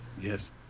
Yes